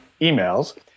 emails